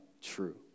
true